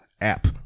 app